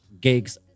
gigs